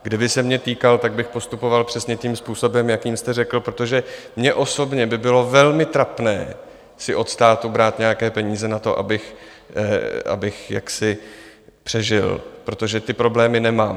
Kdyby se mě týkal, tak bych postupoval přesně tím způsobem, jakým jste řekl, protože mně osobně by bylo velmi trapné si od státu brát nějaké peníze na to, abych přežil, protože ty problémy nemám.